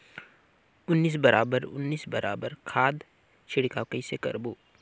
उन्नीस बराबर उन्नीस बराबर उन्नीस खाद छिड़काव कइसे करबो?